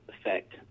effect